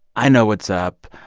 i know what's up.